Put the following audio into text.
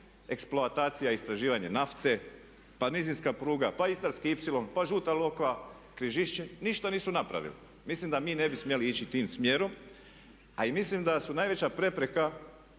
eksploatacija i istraživanje nafte, pa nizinska pruga, pa Istarski ipsilon, pa Žuta Lokva, Križišće, ništa nisu napravili. Mislim da mi ne bi smjeli ići tim smjerom a i mislim da su najveća prepreka